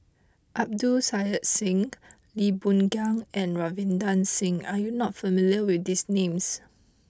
Abdul Kadir Syed Lee Boon Ngan and Ravinder Singh are you not familiar with these names